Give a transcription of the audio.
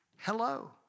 Hello